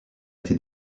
été